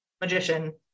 Magician